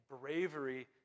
bravery